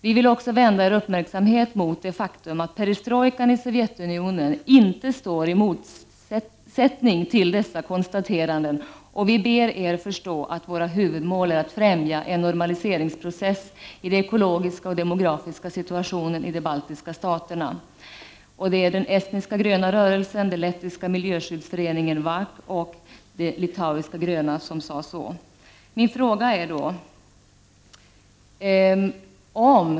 Vi vill också vända er uppmärksamhet mot det faktum att perestrojka i Sovjetunionen inte står i motsättning till dessa konstateranden och vi ber er förstå att våra huvudmål är att främja en normaliseringsprocess i den ekologiska och demografiska situationen i de baltiska staterna.” Detta uttalande kommer från den estniska gröna rörelsen, den lettiska miljöskyddsföreningen VAK och de litauiska gröna.